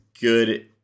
good